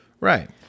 Right